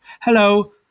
Hello